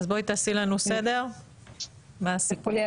אז בואי תעשי לנו סדר מה הסיפור?